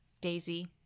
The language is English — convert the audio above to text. Daisy